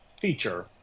feature